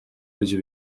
acı